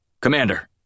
Commander